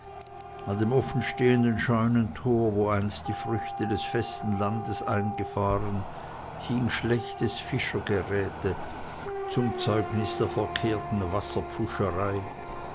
an dem offenstehenden scheunentor wo einst die früchte des festen landes eingefahren hing schlechtes fischergeräte zum zeugnis der verkehrten wasserpfuscherei